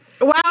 Wow